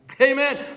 Amen